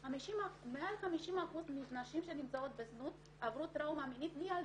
מעל 50% שנמצאות בזנות עברו טראומה מינית מילדות.